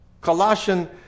Colossian